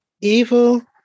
Evil